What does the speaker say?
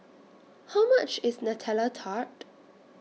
How much IS Nutella Tart